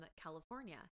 California